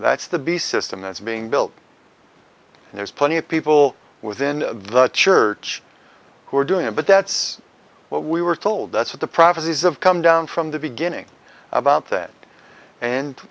that's the beast system that's being built and there's plenty of people within the church who are doing it but that's what we were told that's what the prophecies of come down from the beginning about that and